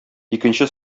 икенче